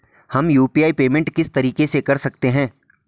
हम UPI payment किस तरीके से कर सकते हैं?